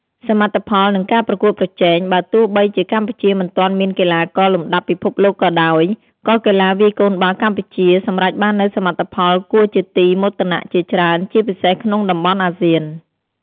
សមិទ្ធផល និងការប្រកួតប្រជែង បើទោះបីជាកម្ពុជាមិនទាន់មានកីឡាករលំដាប់ពិភពលោកក៏ដោយ ក៏កីឡាវាយកូនបាល់កម្ពុជាសម្រេចបាននូវសមិទ្ធផលគួរជាទីមោទនៈជាច្រើន ជាពិសេសក្នុងតំបន់អាស៊ាន។